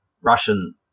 Russian